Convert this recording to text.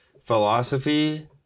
philosophy